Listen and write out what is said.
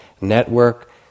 network